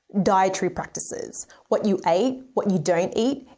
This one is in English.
dietary practices, what you ate, what you don't eat.